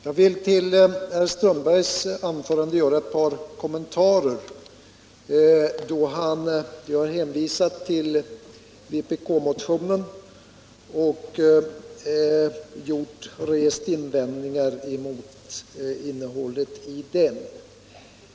Herr talman! Jag vill göra ett par kommentarer till herr Strömbergs i Botkyrka anförande, eftersom han har hänvisat till vpk-motionen och rest invändningar mot innehållet i den.